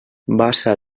bassa